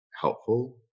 helpful